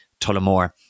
Tullamore